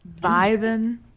vibing